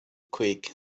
quick